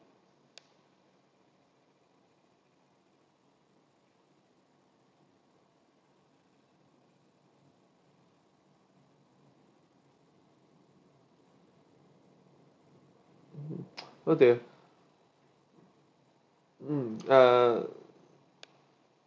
mmhmm oh dear mm uh